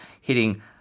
hitting